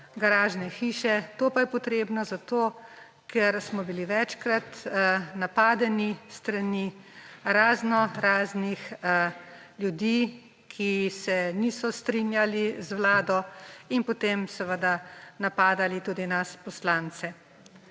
garažne hiše. To pa je potrebno zato, ker smo bili večkrat napadeni s strani raznoraznih ljudi, ki se niso strinjali z vlado, in potem seveda napadali tudi nas poslance.